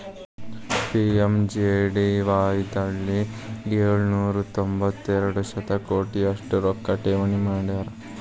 PMJDY ದಲ್ಲಿ ಏಳು ನೂರ ತೊಂಬತ್ತೆರಡು ಶತಕೋಟಿ ಅಷ್ಟು ರೊಕ್ಕ ಠೇವಣಿ ಮಾಡ್ಯಾರ